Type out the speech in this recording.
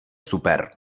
super